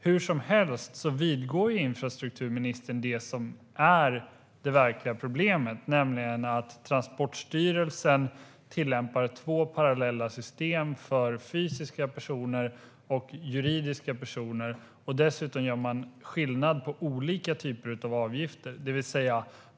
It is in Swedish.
Hur som helst vidgår infrastrukturministern det som är det verkliga problemet, nämligen att Transportstyrelsen tillämpar två parallella system för fysiska personer och för juridiska personer. Dessutom gör man skillnad på olika typer av avgifter.